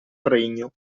regno